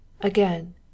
Again